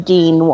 Dean